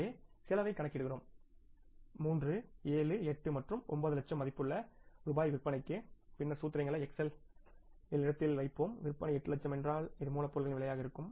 எனவே செலவைக் மூன்று நிலைகளில் கணக்கிடுகிறோம் 7 8 மற்றும் 9 லட்சம் மதிப்புள்ள ரூபாய் விற்பனைக்கு பின்னர் சூத்திரங்களை எக்செல் இல் இந்த இடத்தில வைப்போம் விற்பனை 8 லட்சம் என்றால் இது மூலப்பொருளின் விலையாக இருக்கும்